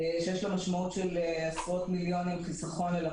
יש לו משמעות של חיסכון של עשרות מיליונים ללקוחות,